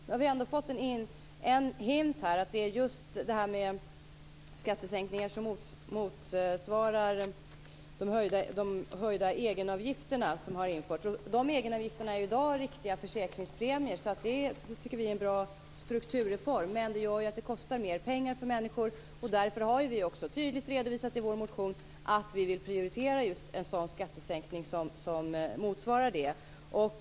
Nu har vi ändå fått en hint om att det just är skattesänkningar som motsvarar de höjda egenavgifterna. De egenavgifterna är ju i dag riktiga försäkringspremier. Det tycker vi är en bra strukturreform, men det gör ju att det kostar mer pengar för människor. Därför har vi tydligt redovisat i vår motion att vi vill prioritera en sådan skattesänkning som motsvarar det.